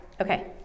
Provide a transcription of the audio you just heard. Okay